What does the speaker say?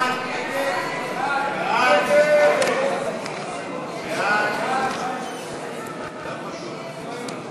הצעת סיעת יש עתיד להביע אי-אמון